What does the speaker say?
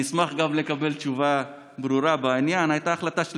אני אשמח לקבל תשובה ברורה בעניין: הייתה החלטה של